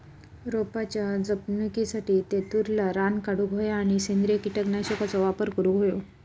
रोपाच्या जपणुकीसाठी तेतुरला रान काढूक होया आणि सेंद्रिय कीटकनाशकांचो वापर करुक होयो